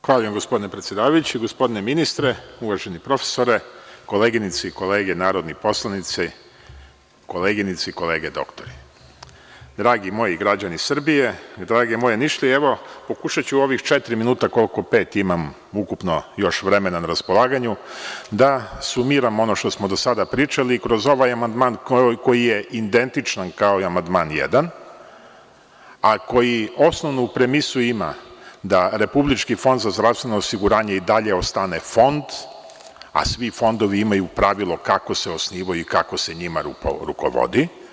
Hvala vam gospodine predsedavajući, gospodine ministre, uvaženi profesore, koleginice i kolege narodni poslanici, koleginice i kolege doktori, dragi moji građani Srbije, drage moje Nišlije, evo, pokušaću u ova četiri minuta, pet, koliko imam ukupno još vremena na raspolaganju, da sumiram ono što smo do sada pričali kroz ovaj amandman koji je identičan kao i amandman jedan, a koji osnovnu premisu ima da Republički fond za zdravstveno osiguranje i dalje ostane Fond, a svi fondovi imaju pravilo kako se osnivaju i kako se njima rukovodi.